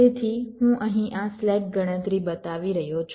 તેથી હું અહીં આ સ્લેક ગણતરી બતાવી રહ્યો છું